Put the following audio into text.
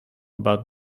about